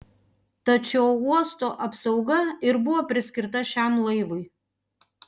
tad šio uosto apsauga ir buvo priskirta šiam laivui